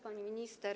Pani Minister!